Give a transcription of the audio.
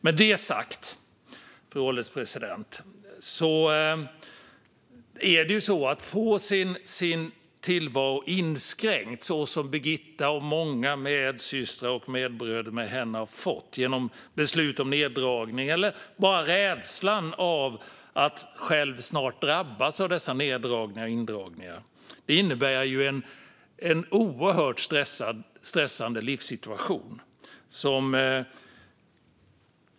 Med det sagt, fru ålderspresident, är det en oerhört stressande livssituation att få sin tillvaro inskränkt så som Birgitta och många av hennes medsystrar och medbröder har fått genom beslut om neddragning. Bara rädslan för att snart drabbas av dessa neddragningar och indragningar innebär en oerhört stressande livssituation.